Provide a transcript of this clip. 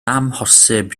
amhosib